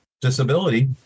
disability